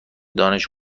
دانش